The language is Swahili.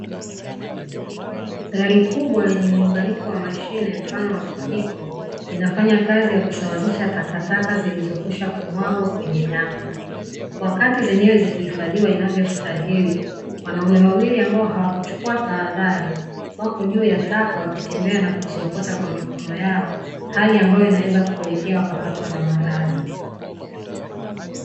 Gari kubwa lenye muunganiko wa mashine mfano wa kijiko, linafanya kazi ya kusawazisha takataka zilizokwisha kumwagwa kwenye dampo, wakati zenyewe zikihifadhiwa inavyostahili. Wanaume wawili ambao hawakuchukua tahadhari, wako juu ya taka , wakitembea na kuziokota kwa mikono yao, hali ambayo inaweza kupelekea , wakapatwa na maradhi.